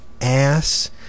ass